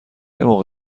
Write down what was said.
موقع